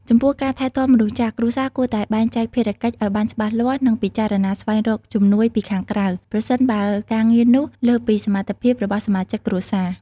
ចំពោះការថែទាំមនុស្សចាស់ គ្រួសារគួរតែបែងចែកភារកិច្ចឲ្យបានច្បាស់លាស់ និងពិចារណាស្វែងរកជំនួយពីខាងក្រៅ ប្រសិនបើការងារនោះលើសពីសមត្ថភាពរបស់សមាជិកគ្រួសារ។